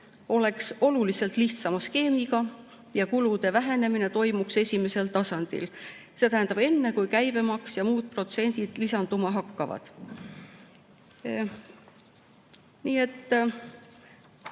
oleks oluliselt lihtsama skeemiga ja kulude vähenemine toimuks esimesel tasandil, see tähendab enne, kui käibemaks ja muud protsendid lisanduma hakkavad. Nii et